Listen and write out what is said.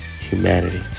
humanity